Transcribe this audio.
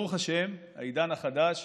ברוך השם, בעידן החדש,